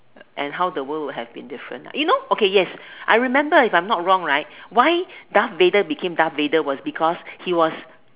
and how the world would have be different ah you know okay yes I remember if I'm not wrong right why Darth-Vader become Darth-Vader was because he was